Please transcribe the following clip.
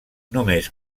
només